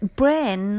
brain